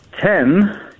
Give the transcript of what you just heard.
ten